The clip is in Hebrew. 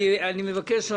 אני מבקש,